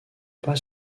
pas